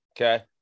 Okay